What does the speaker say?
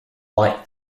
liked